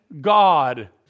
God